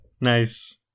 nice